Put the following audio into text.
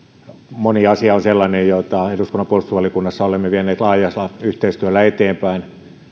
moni asia on sellainen jota eduskunnan puolustusvaliokunnassa olemme vieneet laajalla yhteistyöllä eteenpäin